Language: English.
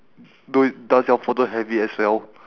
do does your photo have it as well